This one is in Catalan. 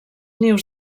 nius